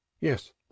Yes